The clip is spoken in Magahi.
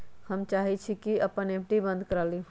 हम चाहई छी कि अपन एफ.डी बंद करा लिउ